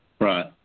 Right